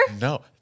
No